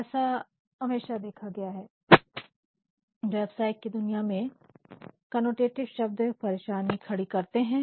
ऐसा हमेशा देखा गया है व्यवसाय की दुनिया में कोनोटेटिव शब्द परेशानी खड़ी करते हैं